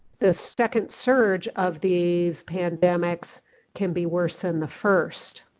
the second surge of these pandemics can be worse than the first.